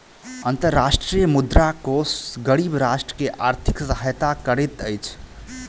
अंतर्राष्ट्रीय मुद्रा कोष गरीब राष्ट्र के आर्थिक सहायता करैत अछि